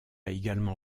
également